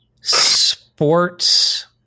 sports